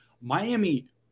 Miami